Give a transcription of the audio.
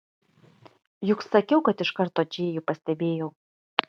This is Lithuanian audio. juk sakiau kad iš karto džėjų pastebėjau